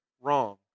wrong